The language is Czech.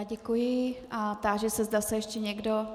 Děkuji a táži se, zda se ještě někdo...